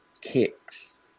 kicks